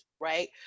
right